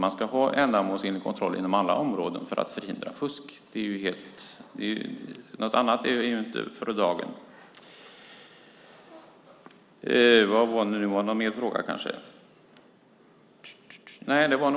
Man ska ha ändamålsenlig kontroll inom alla områden för att förhindra fusk. Något annat är inte för dagen.